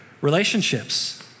relationships